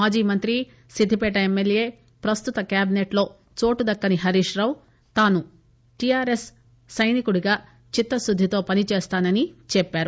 మాజీ మంత్రి సిద్దిపేట ఎమ్మెల్యే ప్రస్తుత క్యాబిసెట్ లో చోటుదక్కని హరీష్ రావు తాను టిఆర్ఎస్ సైనికుడిగా చిత్తశుద్దితో పనిచేస్తానని చెప్పారు